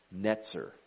Netzer